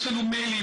יש לנו מיילים.